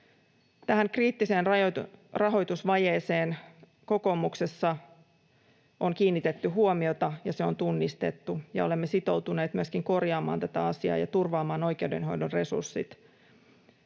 Tähän kriittiseen rahoitusvajeeseen kokoomuksessa on kiinnitetty huomiota ja se on tunnistettu, ja olemme sitoutuneet myöskin korjaamaan tätä asiaa ja turvaamaan oikeudenhoidon resurssit.